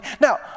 Now